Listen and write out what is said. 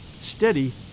steady